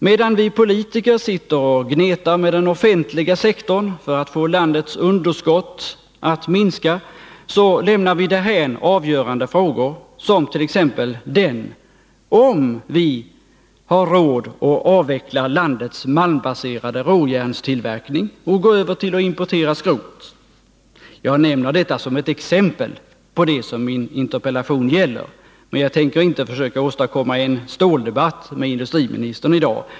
Medan vi politiker sitter och gnetar med den offentliga sektorn för att få landets underskott att minska, så lämnar vi därhän avgörande frågor, t.ex. den om vi har råd att avveckla landets malmbaserade råjärnstillverkning och gå över till att importera skrot. Jag nämner detta som ett exempel på det som min interpellation gäller, men jag tänker inte försöka åstadkomma en ståldebatt med industriministern i dag.